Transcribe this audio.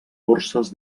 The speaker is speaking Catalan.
borses